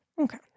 Okay